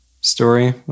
story